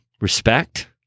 respect